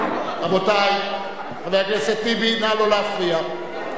(חבר הכנסת אופיר אקוניס יוצא מאולם המליאה.)